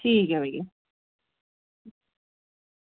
ठीक ऐ भैया